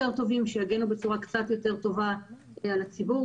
טובים שיגנו בצורה קצת יותר טובה על הציבור,